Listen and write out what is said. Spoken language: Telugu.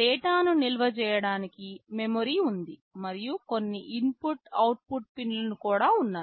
డేటాను నిల్వ చేయడానికి మెమరీ ఉంది మరియు కొన్ని ఇన్పుట్ అవుట్పుట్ పిన్లు కూడా ఉన్నాయి